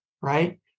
right